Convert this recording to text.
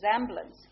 resemblance